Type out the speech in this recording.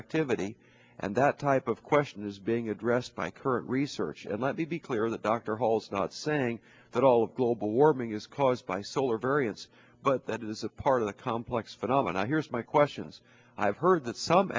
activity and that type of question is being addressed by current research and let me be clear that dr hall's not saying that all global warming is caused by solar variance but that is a part of the complex phenomenon here's my questions i've heard that some